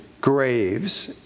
graves